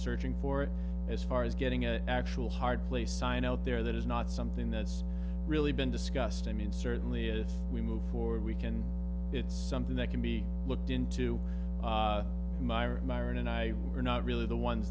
searching for it as far as getting an actual hard play sign out there that is not something that's really been discussed i mean certainly as we move forward we can it's something that can be looked into my are myron and i are not really the ones